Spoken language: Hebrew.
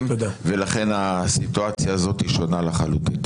ולכן הסיטואציה הזאת היא שונה לחלוטין.